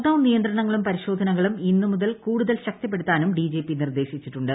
lockdown നിയന്ത്രണങ്ങളും പരിശോധനകളും ഇന്നു മുതൽ കൂടുതൽ ശക്തിപ്പെടുത്താനും ഡിജിപി നിർദേശിച്ചിട്ടുണ്ട്